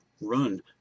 Run